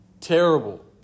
terrible